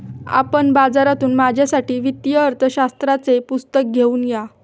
आपण बाजारातून माझ्यासाठी वित्तीय अर्थशास्त्राचे पुस्तक घेऊन या